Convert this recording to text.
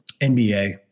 NBA